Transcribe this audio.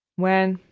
when,